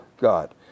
God